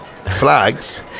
flags